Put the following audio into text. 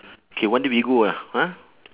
K one day we go ah ah